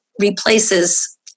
replaces